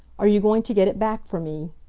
are you going to get it back for me?